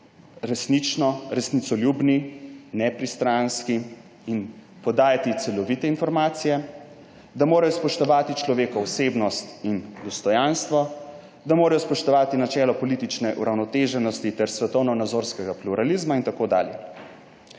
resnično resnicoljubni, nepristranski in podajati celovite informacije, da morajo spoštovati človekovo osebnost in dostojanstvo, da morajo spoštovati načelo politične uravnoteženosti ter svetovnonazorskega pluralizma in tako dalje.